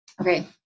Okay